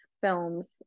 films